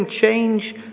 change